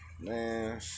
Man